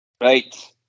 right